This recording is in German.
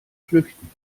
flüchten